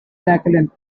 jacqueline